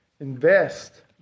Invest